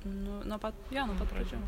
nu nuo pat jo nuo pat pradžių